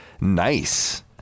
nice